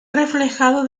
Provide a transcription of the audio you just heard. reflejado